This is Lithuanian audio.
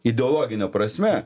ideologine prasme